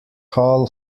hall